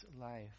life